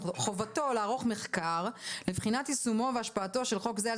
בחובתו לערוך את המחקר לבחינת יישומו והשפעתו של חוק זה על